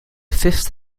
fifth